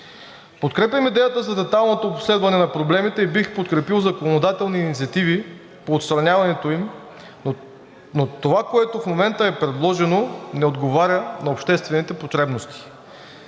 Подкрепям идеята за детайлното обследване на проблемите и бих подкрепил законодателни инициативи по отстраняването им, но това, което в момента е предложено, не отговаря на обществените потребности.